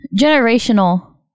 generational